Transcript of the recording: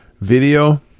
video